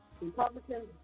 Republicans